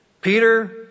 Peter